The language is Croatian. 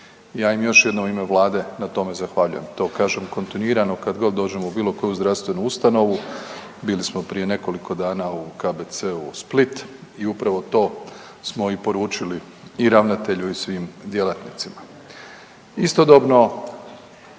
Ja im još jednom u ime Vlade na tome zahvaljujem, to kažem kontinuirano kad god dođem u bilo koju zdravstvenu ustanovu, bili smo prije nekoliko dana u KBC-u Split i upravo to smo i poručili i ravnatelju i svim djelatnicima. Istodobno